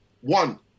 One